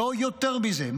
לא יותר מזה,